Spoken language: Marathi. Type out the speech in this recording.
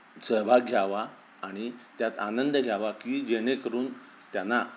सहभाग घ्यावा आणि त्यात आनंद घ्यावा की जेणेकरून त्यांना